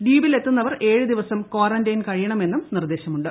ദ്വീപിലെത്തുന്നവർ ഏഴു ദിവസം ക്വാറന്റൈൻ കഴിയണമെന്നും നിർദ്ദേശമുണ്ട്